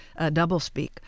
doublespeak